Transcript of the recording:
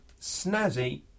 snazzy